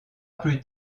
plus